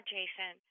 Jason